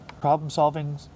problem-solving